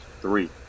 three